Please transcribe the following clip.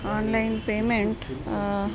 online payment